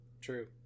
True